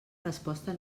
resposta